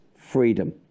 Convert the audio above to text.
freedom